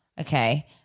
okay